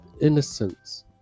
innocence